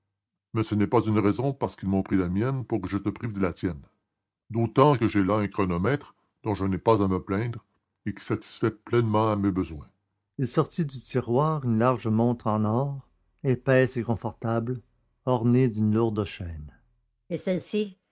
mais ce n'est pas une raison parce qu'ils m'ont pris la mienne pour que je vous prive de la vôtre d'autant que j'ai là un chronomètre dont je n'ai pas à me plaindre et qui satisfait pleinement à mes besoins il sortit du tiroir une large montre en or épaisse et confortable ornée d'une lourde chaîne et celle-ci